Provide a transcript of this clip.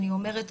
אני אומרת,